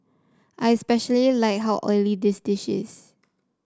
I especially like how oily the dish is